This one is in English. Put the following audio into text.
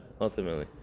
ultimately